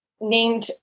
named